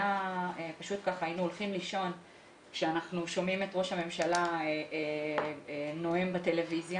היינו הולכים לישון כשאנחנו שומעים את ראש הממשלה נואם בטלוויזיה